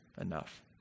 enough